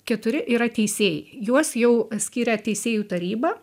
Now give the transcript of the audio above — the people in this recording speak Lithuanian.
keturi yra teisėjai juos jau skiria teisėjų taryba